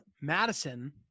Madison